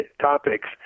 topics